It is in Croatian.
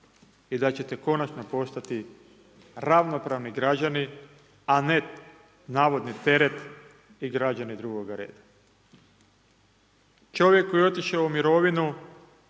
i da ćete konačno postati ravnopravni građanin a ne navodni teret i građani drugoga reda. Čovjek koji je otišao u mirovinu